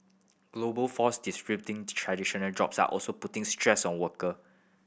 global force traditional jobs are also putting stress on worker